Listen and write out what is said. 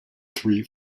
three